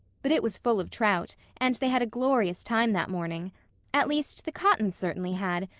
but it was full of trout, and they had a glorious time that morning at least the cottons certainly had,